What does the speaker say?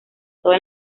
todo